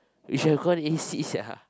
we should have gone A_C sia